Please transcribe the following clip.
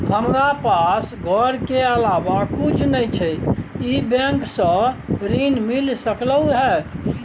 हमरा पास घर के अलावा कुछ नय छै ई बैंक स ऋण मिल सकलउ हैं?